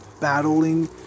battling